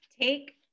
Take